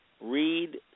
Read